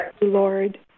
Lord